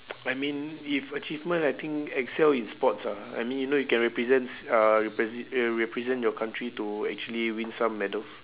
I mean if achievement I think excel in sports ah I mean you know you can represent s~ uh repres~ represent your country to actually win some medals